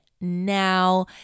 now